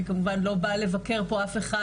אני כמובן לא באה לבקר פה אף אחד,